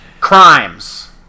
Crimes